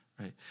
right